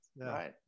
Right